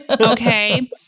Okay